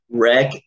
wreck